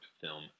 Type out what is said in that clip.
film